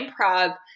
improv